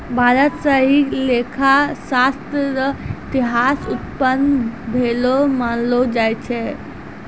भारत स ही लेखा शास्त्र र इतिहास उत्पन्न भेलो मानलो जाय छै